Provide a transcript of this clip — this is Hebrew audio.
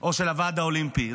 או של הוועד האולימפי.